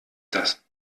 das